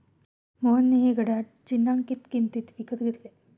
मोहनने हे घड्याळ चिन्हांकित किंमतीत विकत घेतले